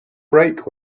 break